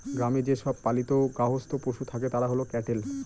গ্রামে যে সব পালিত গার্হস্থ্য পশু থাকে তারা হল ক্যাটেল